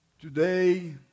Today